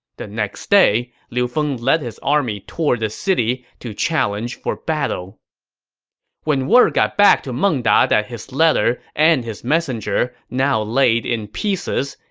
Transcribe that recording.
the next day, liu feng led his army toward the city to challenge for battle when word got back to meng da that his letter and his messenger now laid in pieces,